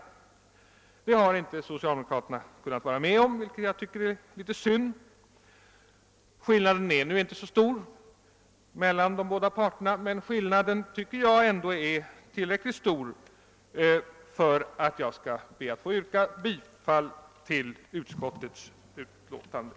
Det har inte socialdemokraterna kunnat gå med på, vilket jag tycker är synd. Skillnaden är nu inte så stor mellan de båda grupperna men enligt min mening är den tillräckligt stor för att jag skall yrka bifall till utskottets hemställan.